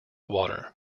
water